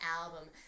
album